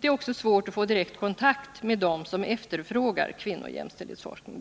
Det är också svårt att få direktkontakt med dem som efterfrågar sådan forskning.